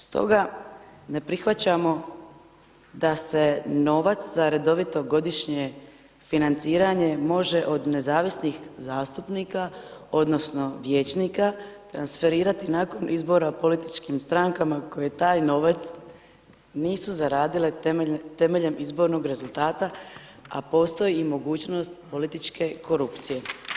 Stoga, ne prihvaćamo da se novac za redovito godišnje financiranje može od nezavisnih zastupnika odnosno vijećnika transferirati nakon izbora o političkim strankama koje taj novac nisu zaradile temeljem izbornog rezultata, a postoji i mogućnost političke korupcije.